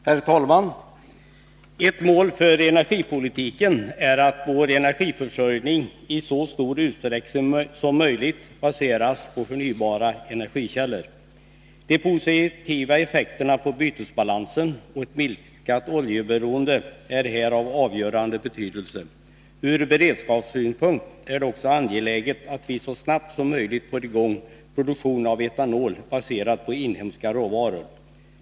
Herr talman! Ett mål för energipolitiken är att vår energiförsörjning i så stor utsträckning som möjligt baseras på förnyelsebara energikällor. De positiva effekterna på bytesbalansen och ett minskat oljeberoende är här av avgörande betydelse. Ur beredskapssynpunkt är det också angeläget att vi så snabbt som möjligt får i gång en produktion av etanol baserad på inhemska råvaror.